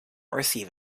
receive